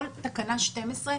כל תקנה 12,